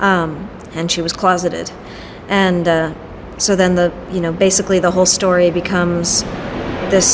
and she was closeted and so then the you know basically the whole story becomes this